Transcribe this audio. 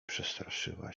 przestraszyła